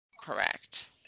Correct